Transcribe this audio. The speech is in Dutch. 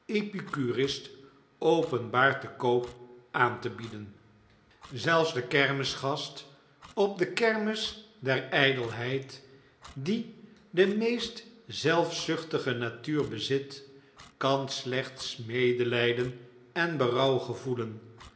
epicurist openbaar te koop aan te bieden zelfs de kermisgast op de kermis der ijdelheid die de meest zelfzuchtige natuur bezit kan slechts medelijden en berouw gevoelen